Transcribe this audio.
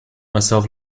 myself